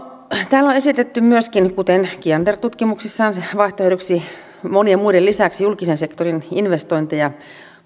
täällä on esitetty myöskin kuten kiander tutkimuksissaan vaihtoehdoksi monien muiden lisäksi julkisen sektorin investointeja